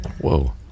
Whoa